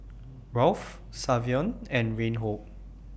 Rolf Savion and Reinhold